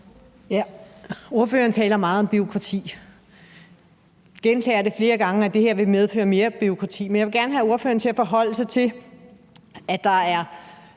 Ordføreren taler meget om bureaukrati og gentager flere gange, at det her vil medføre mere bureaukrati. Men jeg vil gerne have ordføreren til at forholde sig til, at der er